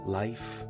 life